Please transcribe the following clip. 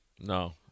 No